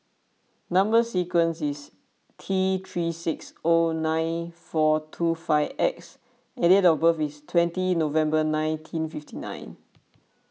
Number Sequence is T three six zero nine four two five X and date of birth is twenty November nineteen fifty nine